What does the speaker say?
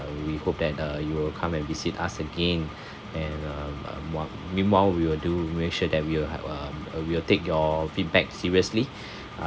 we hope that uh you will come and visit us again and uh uh while meanwhile we will do make sure that we'll have uh uh we will take your feedback seriously uh